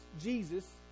Jesus